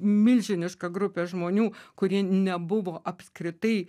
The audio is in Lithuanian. milžiniška grupė žmonių kurie nebuvo apskritai